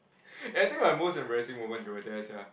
and I think my most embarrassing moment you were there sia